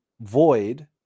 void